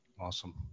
Awesome